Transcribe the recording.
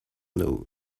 note